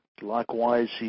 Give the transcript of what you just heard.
Likewise